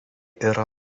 yra